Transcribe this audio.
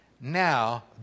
now